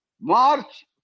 March